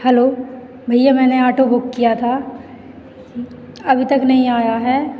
hello भैया मैंने auto book किया था अभी तक नहीं आया है